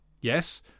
Yes